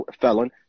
felon